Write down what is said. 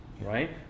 right